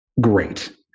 great